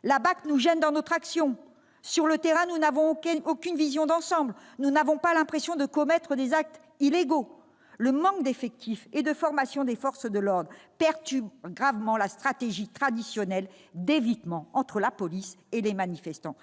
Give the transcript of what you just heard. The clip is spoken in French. « la BAC nous gêne dans notre action »,« sur le terrain, nous n'avons aucune vision d'ensemble »,« nous n'avons pas l'impression de commettre des actes illégaux ». Le manque d'effectifs et de formation des forces de l'ordre perturbe gravement la stratégie traditionnelle d'évitement entre la police et les manifestants.